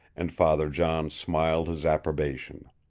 and father john smiled his approbation.